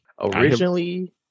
originally